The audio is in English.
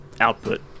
output